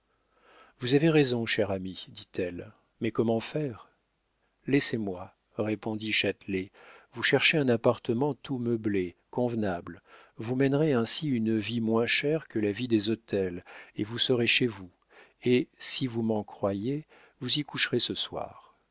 vous avez raison cher ami dit-elle mais comment faire laissez-moi répondit châtelet vous chercher un appartement tout meublé convenable vous mènerez ainsi une vie moins chère que la vie des hôtels et vous serez chez vous et si vous m'en croyez vous y coucherez ce soir